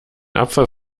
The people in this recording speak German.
abfall